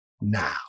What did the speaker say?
now